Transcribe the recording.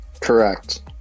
Correct